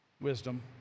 Wisdom